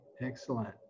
excellent